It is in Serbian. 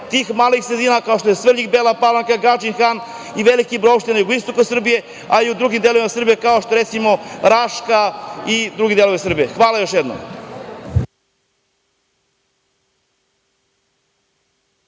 tih malih sredina kao što su Svrljig, Bela Palanka, Gadžin Han, veliki broj opština Jugoistočne Srbije, a i u drugim delovima Srbije kao što je recimo Raška i drugi delovi Srbije? Hvala još jednom.